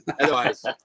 Otherwise